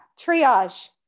triage